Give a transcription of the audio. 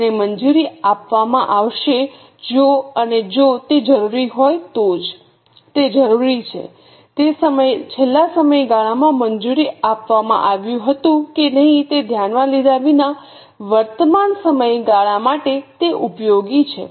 તેને મંજૂરી આપવામાં આવશે જો અને જો તે જરૂરી હોય તો જ તે જરૂરી છે તે છેલ્લા સમયગાળામાં મંજૂરી આપવામાં આવ્યું હતું કે નહીં તે ધ્યાનમાં લીધા વિના વર્તમાન સમયગાળા માટે તે ઉપયોગી છે